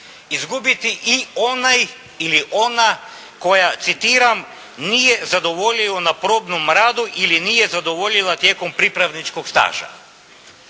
izgubiti i onaj ili ona koja citiram nije zadovoljio na probnom radu ili nije zadovoljila tijekom pripravničkog staža.